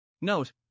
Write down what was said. Note